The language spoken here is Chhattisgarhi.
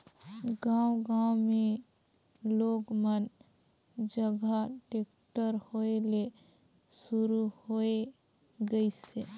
गांव गांव मे लोग मन जघा टेक्टर होय ले सुरू होये गइसे